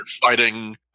fighting